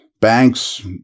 Banks